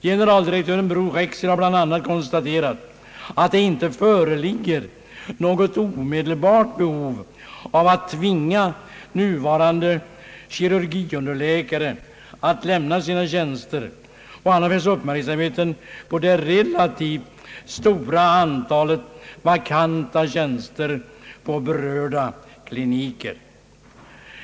Generaldirektör Bror Rexed har bland annat konstaterat att det inte föreligger något omedelbart behov av att tvinga nuvarande kirurgiunderläkare att lämna sina tjänster, och han har fäst uppmärksamheten på det relativt stora antalet vakanta tjänster på berörda kliniker.